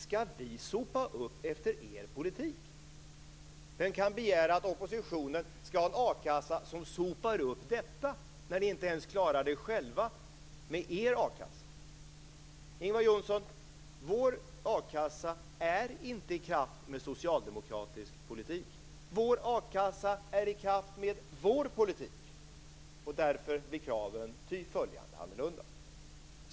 Skulle vi sopa upp efter er politik? Vem kan begära att oppositionen skall ha en a-kassa som sopar upp efter detta, när Socialdemokraterna inte ens klarar det själva, med sin egen a-kassa? Ingvar Johnsson! Vår a-kassa är inte i kraft med socialdemokratisk politik. Vår a-kassa är i kraft med vår politik, och därför blir kraven ty följande annorlunda.